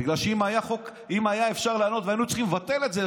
בגלל שאם היה אפשר לענות והיינו צריכים לבטל את זה,